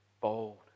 bold